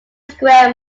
square